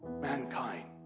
mankind